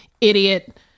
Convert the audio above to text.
idiot